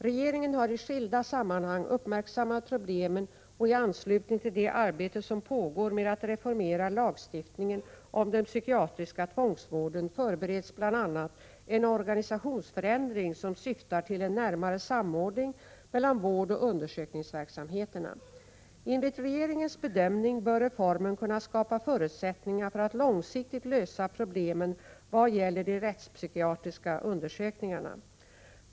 Regeringen har i skilda sammanhang uppmärksammat problemen, och i anslutning till det arbete som pågår med att reformera lagstiftningen om den psykiatriska tvångsvården förbereds bl.a. en organisationsförändring som syftar till en närmare samordning mellan vårdoch undersökningsverksamheterna. Enligt regeringens bedömning bör reformen kunna skapa förutsättningar för att långsiktigt lösa problemen vad gäller de rättspsykiatriska undersökningarna.